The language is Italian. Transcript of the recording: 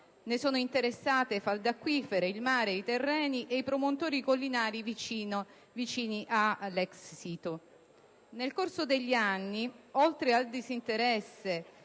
ne sono interessate falde acquifere, il mare, i terreni e i promontori collinari vicini all'ex sito. Nel corso degli anni, oltre alla mancanza